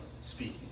speaking